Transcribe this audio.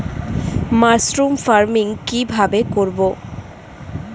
Mushroom farming কি ভাবে করব?